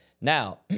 Now